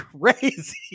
crazy